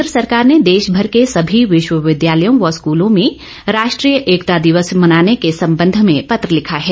केन्द्र सराकार ने देश भर के सभी विश्वविद्यालयों व स्कलों में राष्ट्रीय एकता दिवस मनाने के संबंध में पत्र लिखा है